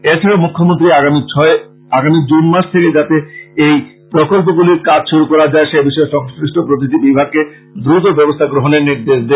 এছাড়া মুখ্যমন্ত্রী আগামী জুন মাস থেকে যাতে এই প্রকল্পগুলির কাজ শুরু করা যায় সে বিষয়ে সংশ্লিষ্ট প্রতিটি বিভাগকে দ্রুত ব্যবস্থা গ্রহণের নির্দেশ দেন